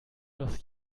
aus